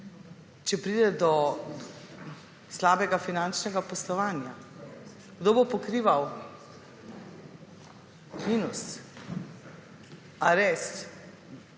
če pride do slabega finančnega poslovanja? Kdo bo pokrival minus?